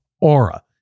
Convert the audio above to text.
Aura